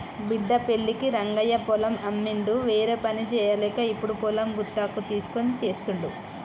బిడ్డ పెళ్ళికి రంగయ్య పొలం అమ్మిండు వేరేపని చేయలేక ఇప్పుడు పొలం గుత్తకు తీస్కొని చేస్తుండు